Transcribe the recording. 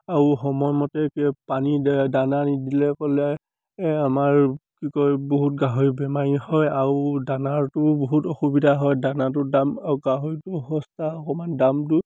আৰু সময়মতে কি পানী দানা নিদিলে কৰিলে আমাৰ কি কয় বহুত গাহৰি বেমাৰী হয় আৰু দানাৰটো বহুত অসুবিধা হয় দানাটোৰ দাম আৰু গাহৰিটো সস্তা অকণমান দামটো